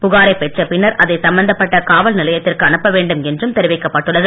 புகாரைப் பெற்ற பின்னர் அதை சம்பந்தப்பட்ட காவல் நிலையத்திற்கு அனுப்ப வேண்டும் என்றும் தெரிவிக்கப்பட்டுள்ளது